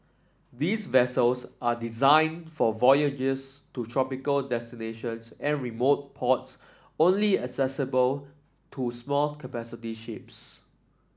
these vessels are designed for voyages to tropical destinations and remote ports only accessible to small capacity ships